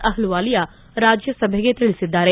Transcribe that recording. ಅಹ್ಲುವಾಲಿಯಾ ರಾಜ್ಲಸಭೆಗೆ ತಿಳಿಸಿದ್ದಾರೆ